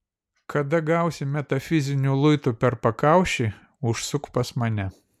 kada gausi metafiziniu luitu per pakaušį užsuk pas mane